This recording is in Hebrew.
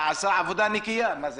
זו